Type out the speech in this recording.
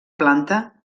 planta